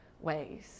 ways